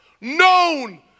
known